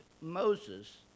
Moses